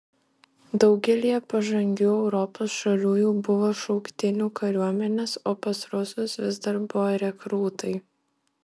daugelyje pažangių europos šalių jau buvo šauktinių kariuomenės o pas rusus vis dar buvo rekrūtai